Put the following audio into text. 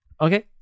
Okay